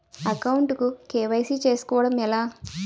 Account కు KYC చేసుకోవడం ఎలా?